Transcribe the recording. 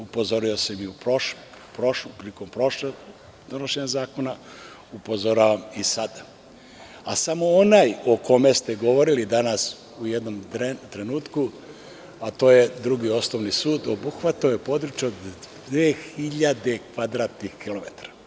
Upozorio sam i prilikom prošlog donošenja zakona, upozoravam i sada, a samo onaj o kome ste govorili danas u jednom trenutku, a to je Drugi osnovni sud, obuhvatao je područje od 2000 kvadratnih kilometara.